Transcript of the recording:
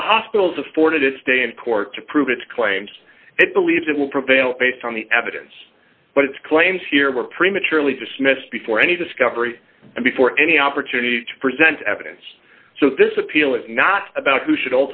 at the hospitals afforded its day in court to prove its claims it believes it will prevail based on the evidence but its claims here were prematurely dismissed before any discovery and before any opportunity to present evidence so this appeal is not about who should